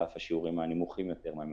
על אף השיעורים הנמוכים יותר מהממוצע.